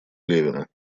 левина